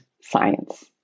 science